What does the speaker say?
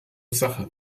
sache